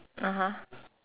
(uh huh)